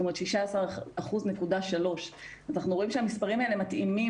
אנחנו ראים שהמספרים האלה מתאימים